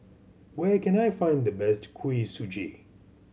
where can I find the best Kuih Suji